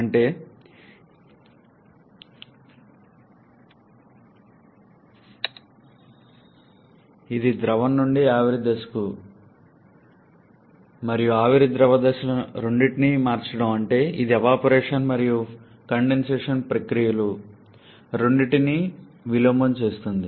అంటే ఇది ఎవాపరేషన్ బాష్పీభవనం మరియు కండెన్సేషన్ ప్రక్రియలు రెండింటినీ విలోమం చేస్తుంది